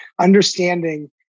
understanding